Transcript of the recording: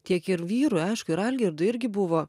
tiek ir vyrui aišku ir algirdui irgi buvo